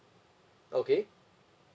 okay